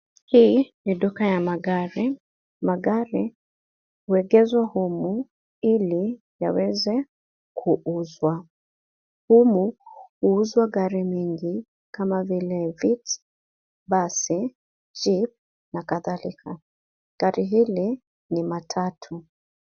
Hii ni duka ya magari. Magari huwekezwa humu ili yaweze kuuzwa. Humu huuzwa gari mingi, kama vile Vitz, basi , jeep na kadhalika. Gari hili ni matatu.